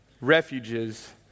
refuges